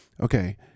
okay